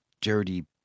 dirty